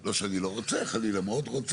לא שאני לא רוצה, חלילה, אני מאוד רוצה.